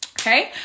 okay